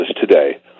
today